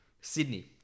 Sydney